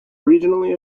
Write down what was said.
regionally